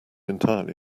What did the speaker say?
entirely